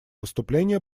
выступление